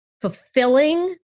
fulfilling